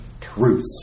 truth